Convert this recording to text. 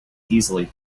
easily